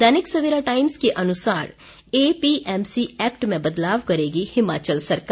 दैनिक Savera Times के अनुसार APMC act में बदलाव करेगी हिमाचल सरकार